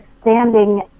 standing